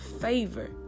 favor